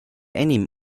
enim